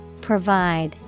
provide